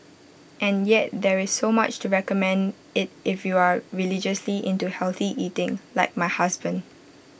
and yet there is so much to recommend IT if you are religiously into healthy eating like my husband